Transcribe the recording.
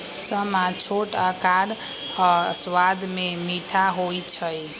समा छोट अकार आऽ सबाद में मीठ होइ छइ